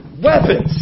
weapons